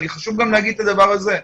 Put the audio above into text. חשוב גם להגיד את הדבר הזה,